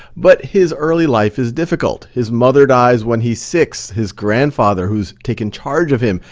but his early life is difficult. his mother dies when he's six. his grandfather who's taken charge of him,